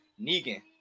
Negan